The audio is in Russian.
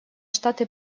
штаты